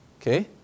Okay